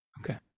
okay